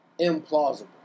implausible